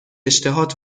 اشتهات